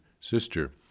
Sister